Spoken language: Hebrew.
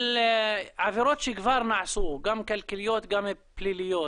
על עבירות שכבר נעשו גם כלכליות, גם פליליות.